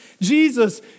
Jesus